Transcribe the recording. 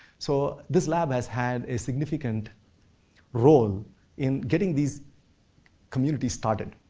so, this lab has had a significant role in getting these community started.